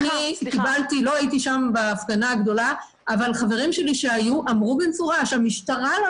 לא הייתי שם בהפגנה הגדולה אבל חברים שלי שהיו אמרו במפורש 'המשטרה לא